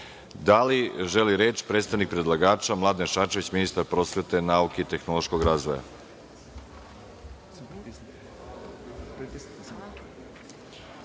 li želi reč predstavnik predlagača Mladen Šarčević, ministar prosvete, nauke i tehnološkog razvoja? Reč